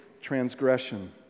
transgression